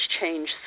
change